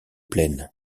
pleine